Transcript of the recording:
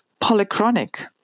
polychronic